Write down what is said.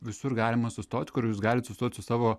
visur galima sustot kur jūs galit sustot su savo